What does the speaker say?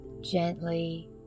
gently